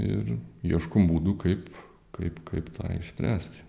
ir ieškom būdų kaip kaip kaip tą išspręsti